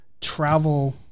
travel